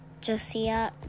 Josiah